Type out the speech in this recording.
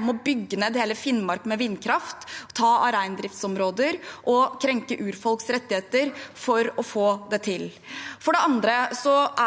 må bygge ned hele Finnmark med vindkraft, ta av reindriftsområder og krenke urfolks rettigheter for å få det til. For det andre